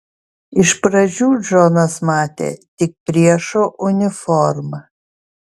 iš pradžių džonas matė tik priešo uniformą